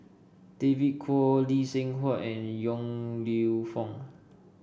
David Kwo Lee Seng Huat and Yong Lew Foong